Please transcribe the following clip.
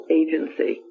agency